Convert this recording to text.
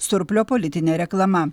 surplio politine reklama